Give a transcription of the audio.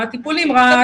מהטיפול נמרץ,